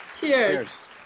Cheers